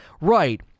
Right